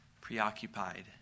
preoccupied